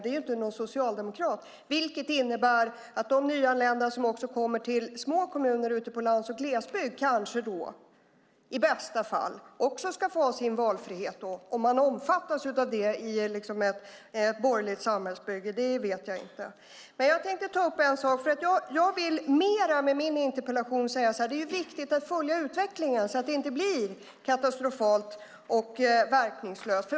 Det är inte någon socialdemokrat. De nyanlända som kommer till små kommuner ute på landsbygden och glesbygden kanske i bästa fall också ska få ha sin valfrihet. Om de omfattas av det i ett borgerligt samhällsbygge vet jag inte. Jag vill med min interpellation säga att det är viktigt att följa utvecklingen, så att det inte blir katastrofalt och verkningslöst.